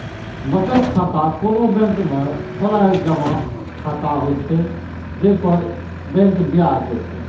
बचत खाता कोनो बैंक में खोलाएल जमा खाता होइ छै, जइ पर बैंक ब्याज दै छै